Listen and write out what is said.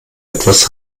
etwas